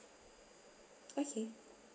okay